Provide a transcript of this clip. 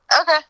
Okay